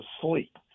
sleep